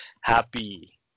happy